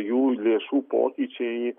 jų lėšų pokyčiai